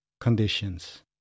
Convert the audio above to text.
conditions